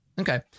okay